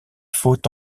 faut